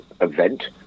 event